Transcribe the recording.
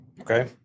Okay